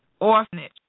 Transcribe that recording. orphanage